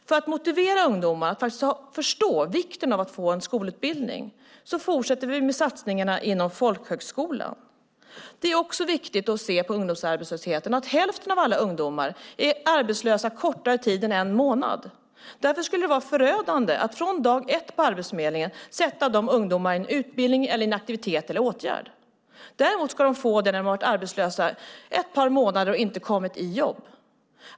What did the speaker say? För att motivera ungdomar att förstå vikten av att få en skolutbildning fortsätter vi med satsningarna inom folkhögskolan. Hälften av alla ungdomar är arbetslösa kortare tid än en månad. Därför vore det förödande att från dag ett på Arbetsförmedlingen sätta ungdomar i en utbildning, aktivitet eller åtgärd. Däremot ska de få det när de har varit arbetslösa i ett par månader och inte kommit i jobb.